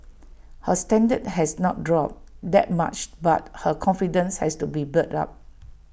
her standard has not dropped that much but her confidence has to be built up